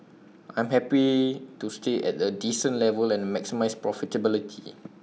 I'm happy to stay at A decent level and maximise profitability